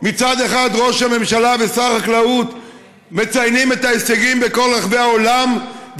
מצד אחד ראש הממשלה ושר החקלאות מציינים את ההישגים בכל רחבי העולם,